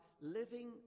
living